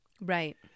Right